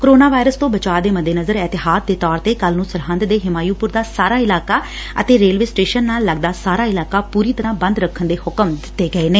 corona virus ਤੋਂ ਬਚਾਅ ਦੇ ਮੱਦੇਨਜ਼ਰ ਅਹਤਿਆਤ ਦੇ ਤੌਰ ਤੇ ਕੱਲ ਨੂੰ ਸਰਹਿੰਦ ਦੇ ਹਿਮਾਂਯੁਪੁਰ ਦਾ ਸਾਰਾ ਇਲਾਕਾ ਅਤੇ ਰੇਲਵੇ ਸਟੇਸ਼ਨ ਨਾਲ ਲੱਗਦਾ ਸਾਰਾ ਇਲਾਕਾ ਪੁਰੀ ਤਰੁਾ ਬੰਦ ਰੱਖਣ ਦੇ ਹੁਕਮ ਦਿੱਤੇ ਗਏ ਨੇ